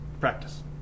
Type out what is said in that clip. Practice